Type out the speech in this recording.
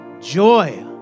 joy